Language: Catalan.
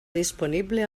disponible